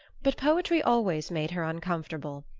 but poetry always made her uncomfortable,